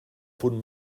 punt